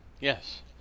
yes